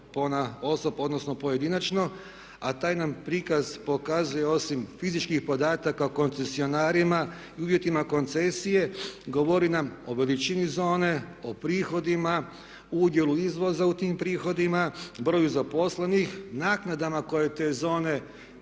pojedinačno. A taj nam prikaz pokazuje osim fizičkih podataka koncesionarima i uvjetima koncesije govori nam o veličini zone, o prihodima, udjelu izvoza u tim prihodima, broju zaposlenih, naknadama koje te zone dijele